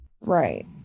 Right